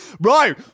Right